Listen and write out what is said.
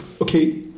Okay